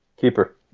keeper